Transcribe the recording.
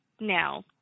now